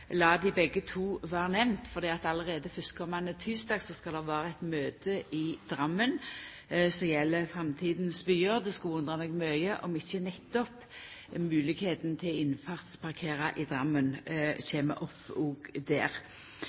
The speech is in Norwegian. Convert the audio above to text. dei begge to vera nemnde, for allereie fyrstkomande tysdag skal det vera eit møte i Drammen som gjeld framtidas byar. Det skulle undra meg mykje om ikkje nettopp moglegheita for å innfartsparkera i Drammen kjem opp òg der.